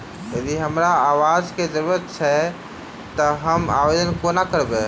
यदि हमरा आवासक जरुरत छैक तऽ हम आवेदन कोना करबै?